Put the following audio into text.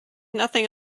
nothing